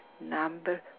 Number